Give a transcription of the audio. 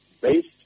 based